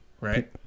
Right